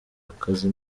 akazi